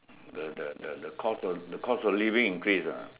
the the the the cost of the cost of living increase ah